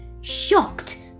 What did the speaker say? shocked